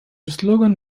slogan